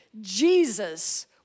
Jesus